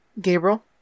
Gabriel